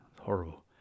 Horrible